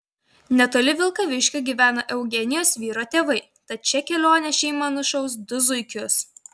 netoli vilkaviškio gyvena eugenijos vyro tėvai tad šia kelione šeima nušaus du zuikius